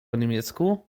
niemiecku